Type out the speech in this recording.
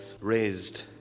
raised